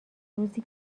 روزی